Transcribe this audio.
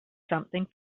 something